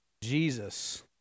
Jesus